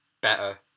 better